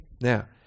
Now